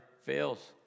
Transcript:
fails